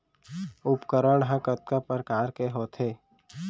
उपकरण हा कतका प्रकार के होथे?